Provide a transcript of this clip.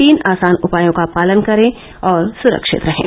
तीन आसान उपायों का पालन करें और सुरक्षित रहें